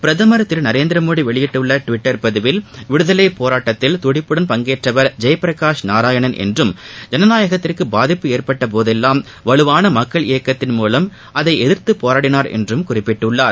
பிரதமர் திரு நரேந்திரமோடி வெளியிட்டுள்ள டுவிட்டர் பதிவில் விடுதலை போராட்டத்தில் துடிப்புடன் பங்கேற்றவர் ஜெயபிரகாஷ் நாராயணன் என்றும் ஜனநாயகத்திற்கு பாதிப்பு ஏற்பட்ட போதெல்லாம் வலுவாள மக்கள் இயக்கத்தின் மூலம் அதை எதிர்த்து போராடினார் என்றும் குறிப்பிட்டுள்ளார்